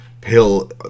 pill